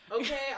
okay